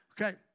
Okay